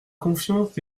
confiance